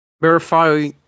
Verify